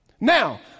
Now